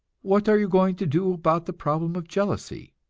what are you going to do about the problem of jealousy?